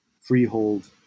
freehold